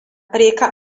rieka